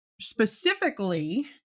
specifically